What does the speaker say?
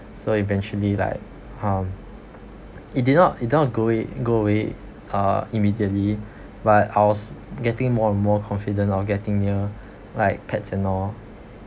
so eventually like um it did not it don't go away go away uh immediately but I was getting more and more confident of getting near like pets and all